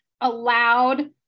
allowed